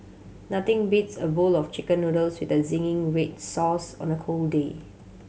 nothing beats a bowl of Chicken Noodles with a zingy weed sauce on a cold day